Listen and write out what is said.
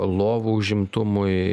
lovų užimtumui